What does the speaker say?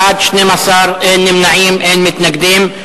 בעד, 12, אין נמנעים, אין מתנגדים.